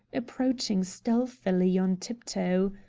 approaching stealthily on tiptoe.